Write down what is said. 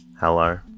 Hello